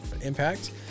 impact